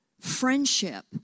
friendship